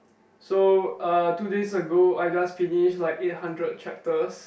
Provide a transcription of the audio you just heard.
so uh two days ago I just finished like eight hundred chapters